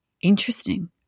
interesting